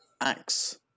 Axe